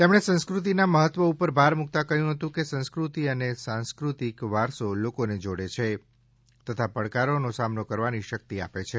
તેમણે સંસ્કૃતિના મહત્વ ઉપર ભાર મૂક્તા કહ્યું હતું કે સંસ્કૃતિ અને સાંસ્કૃતિક વારસો લોકોને જોડે છે તથા પડકારોનો સામનો કરવાની શક્તિ આપે છે